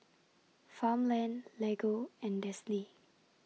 Farmland Lego and Delsey